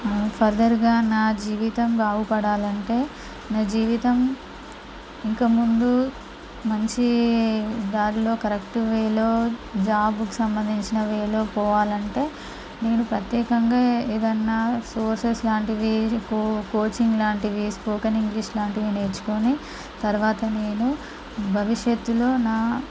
further గా నా జీవితం బాగుపడాలంటే నా జీవితం ఇంక ముందు మంచి దారిలో కరెక్ట్ వేలో జాబ్ కు సంబంధించిన వేలో పోవాలంటే నేను ప్రత్యేకంగా ఏదైనా సోర్సెస్ లాంటివి కోచింగ్ లాంటివి స్పోకెన్ ఇంగ్లీష్ లాంటివి నేర్చుకొని తరువాత నేను భవిషత్తులో నా